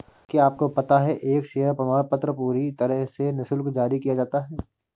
क्या आपको पता है एक शेयर प्रमाणपत्र पूरी तरह से निशुल्क जारी किया जाता है?